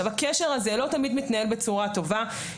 הקשר הזה לא תמיד מתנהל בצורה טובה.